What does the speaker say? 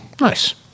nice